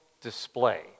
display